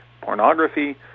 pornography